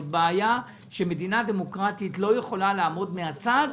שמדינה דמוקרטית לא יכולה לעמוד מהצד